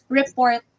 report